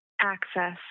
access